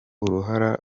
uruhara